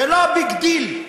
זה לא ביג דיל,